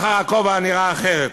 מחר הכובע נראה אחרת.